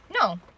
No